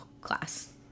class